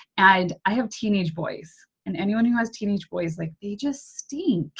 and i have teenage boys and anyone who has teenage boys, like they just steam.